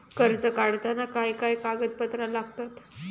कर्ज काढताना काय काय कागदपत्रा लागतत?